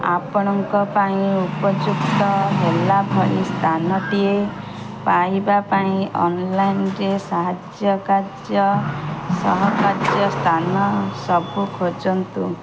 ଆପଣଙ୍କ ପାଇଁ ଉପଯୁକ୍ତ ହେଲା ଭଳି ସ୍ଥାନଟିଏ ପାଇବା ପାଇଁ ଅନ୍ଲାଇନ୍ରେ ସାହାଯ୍ୟ ସହ କାର୍ଯ୍ୟ ସ୍ଥାନ ସବୁ ଖୋଜନ୍ତୁ